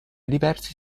diversi